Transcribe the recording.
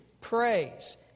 praise